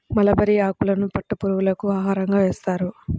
mulberry ఆకులను పట్టు పురుగులకు ఆహారంగా వేస్తారు